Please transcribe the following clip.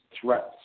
threats